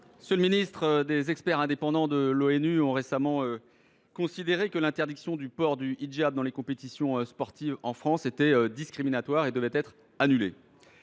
la vie associative. Des experts indépendants de l’ONU ont récemment considéré que l’interdiction du port du hijab dans les compétitions sportives en France était discriminatoire et devait être annulée.